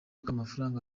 k’amafaranga